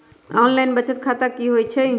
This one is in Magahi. ऑनलाइन बचत खाता की होई छई?